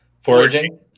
Foraging